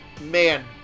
man